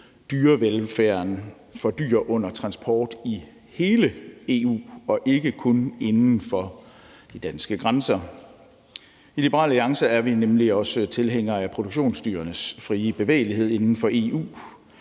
dyrevelfærden for dyr under transport i hele EU og ikke kun inden for de danske grænser. I Liberal Alliance er vi nemlig også tilhængere af produktionsdyrenes frie bevægelighed inden for EU,